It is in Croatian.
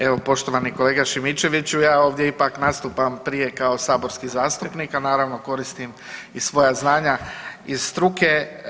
Evo poštovani kolega Šimičeviću, ja ovdje ipak nastupam prije kao saborski zastupnik, a naravno koristim i svoja znanja iz struke.